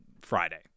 Friday